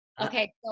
Okay